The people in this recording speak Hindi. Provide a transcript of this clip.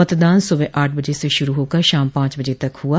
मतदान सुबह आठ बजे से शुरू होकर शाम पांच बजे तक हुआ